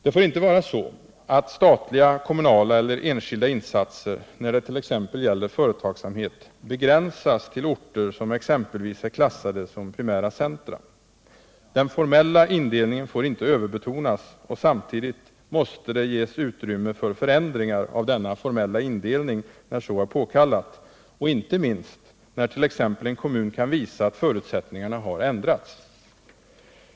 Det får inte vara så att statliga, kommunala eller enskilda insatser, när det t.ex. gäller företagsamhet, begränsas till orter som är klassade som primära centra. Den formella indelningen får inte överbetonas, och samtidigt måste det ges utrymme för förändringar av denna formella indelning när så är påkallat, inte minst när t.ex. en kommun kan visa att förutsättningarna har ändrats.